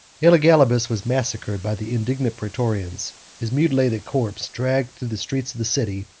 elagabalus was massacred by the indignant praetorians, his mutilated corpse dragged through the streets of the city,